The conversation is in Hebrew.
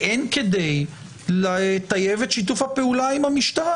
והן כדי לטייב את שיתוף הפעולה עם המשטרה.